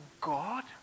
God